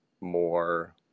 more